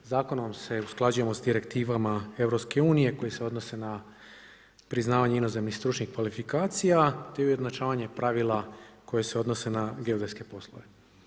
Zakonom se usklađujemo sa direktivama EU koje se odnose na priznavanje inozemnih stručnih kvalifikacija, te ujednačavanje pravila koja se odnose na geodetske poslove.